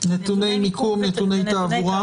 "נתוני מיקום ונתוני תעבורה,